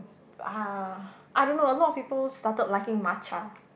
ah I don't know a lot of people started liking matcha